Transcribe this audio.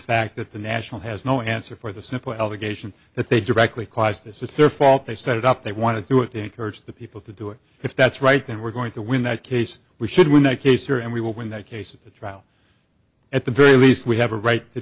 fact that the national has no answer for the simple allegation that they directly caused this is their fault they started up they want to do it encourage the people to do it if that's right and we're going to win that case we should win that case here and we will win that case of a trial at the very least we have a right to